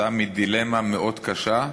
כתוצאה מדילמה מאוד קשה.